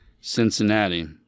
Cincinnati